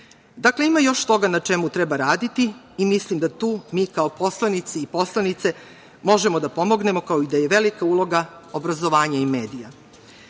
ima još toga na čemu treba raditi i mislim da tu mi kao poslanici i poslanice možemo da pomognemo, kao i da je velika uloga obrazovanja i medija. Mislim